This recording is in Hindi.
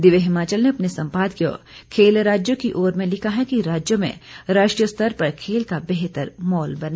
दिव्य हिमाचल ने अपने संपादकीय खेल राज्य की ओर में लिखा है कि राज्य में राष्ट्रीय स्तर पर खेल का बेहतर माहौल बने